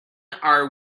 are